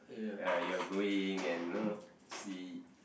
ya you are growing and you know see